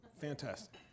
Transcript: Fantastic